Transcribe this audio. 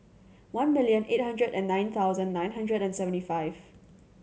one million eight hundred and nine thousand nine hundred and seventy five